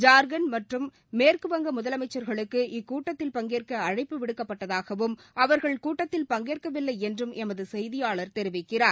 ஜார்க்கண்ட் மற்றும் மேற்குவங்க முதலமைச்சா்களுக்கு இக்கூட்டத்தில் பங்கேற்க அழைப்பு விடுக்கப்பட்டதாகவும் அவா்கள் கூட்டத்தில் பங்கேற்கவில்லை என்றும் எமது செய்தியாளர் தெரிவிக்கிறார்